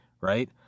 right